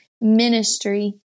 ministry